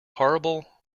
horrible